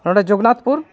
ᱱᱚᱰᱮ ᱡᱚᱜᱽᱱᱟᱛᱷᱯᱩᱨ